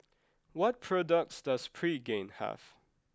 what products does Pregain have